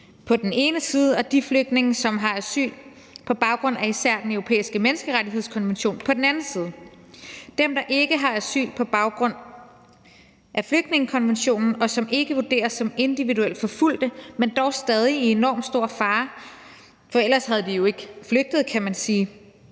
på den anden side de flygtninge, som har asyl på baggrund af især Den Europæiske Menneskerettighedskonvention. Dem, der ikke har asyl på baggrund af flygtningekonventionen, og som ikke vurderes som individuelt forfulgte, men dog stadig i enormt stor fare – for ellers var de jo ikke flygtet, kan man sige,